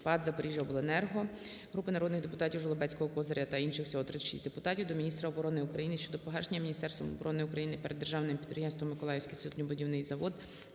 "Запоріжжяобленерго". Групи народних депутатів (Жолобецького, Козиря та інших. Всього 36 депутатів) до міністра оборони України щодо погашення Міністерством оборони України перед Державним підприємством "Миколаївський суднобудівний завод"